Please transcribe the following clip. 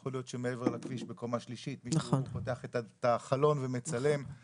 יכול להיות שמעבר לכביש בקומה שלישית מישהו פותח חלון ומצלם,